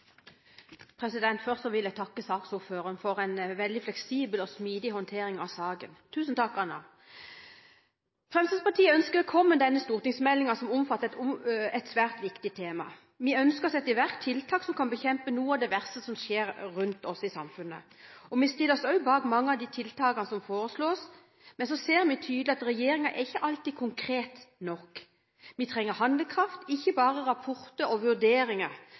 oversendelsesforslag. Først vil jeg takke saksordføreren for en veldig fleksibel og smidig håndtering av saken – tusen takk, Anna. Fremskrittspartiet ønsker velkommen denne stortingsmeldingen som omhandler et svært viktig tema. Vi ønsker å sette i verk tiltak som kan bekjempe noe av det verste som skjer rundt oss i samfunnet, og vi stiller oss også bak mange av de tiltakene som foreslås. Men så ser vi tydelig at regjeringen ikke alltid er konkret nok. Vi trenger handlekraft, ikke bare rapporter og vurderinger